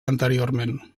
anteriorment